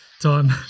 time